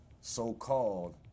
so-called